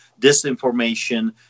disinformation